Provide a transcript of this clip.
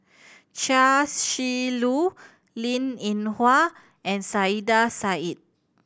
Chia Shi Lu Linn In Hua and Saiedah Said